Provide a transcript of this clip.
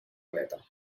dreta